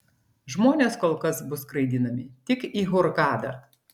žmonės kol kas bus skraidinami tik į hurgadą